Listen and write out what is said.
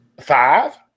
Five